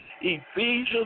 Ephesians